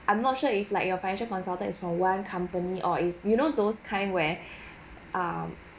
I'm not sure if like your financial consultant is for one company or it's you know those kind where um